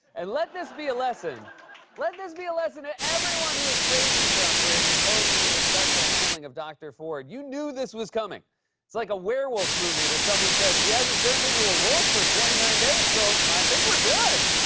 and let this be a lesson let this be a lesson to everyone who is praising trump for his supposedly respectful handling of dr. ford. you knew this was coming. it's like a werewolf movie where someone says, he hasn't turned into a wolf for twenty nine days, so i think we're good.